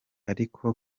ariko